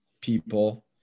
people